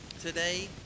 today